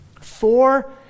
Four